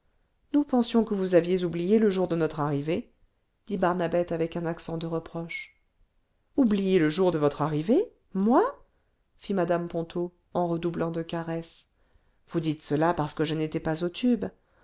nous pensions que vous aviez oublié le jour de notre arrivée dit barnabette avec un accent cle reproche oublier le jour de votre arrivée moi fit mmo ponto en redoublant de caresses vous dites cela parce que je n'étais pas au tube